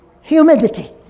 humidity